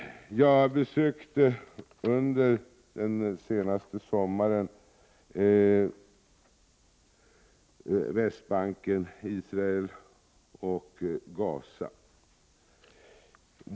Jag besökte i somras Västbanken, Israel och Gaza.